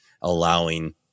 allowing